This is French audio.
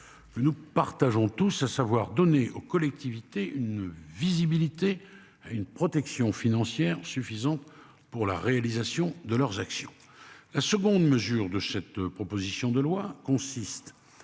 Que nous partageons tous, à savoir donner aux collectivités une visibilité à une protection financière suffisante pour la réalisation de leurs actions. La seconde mesure de cette proposition de loi consiste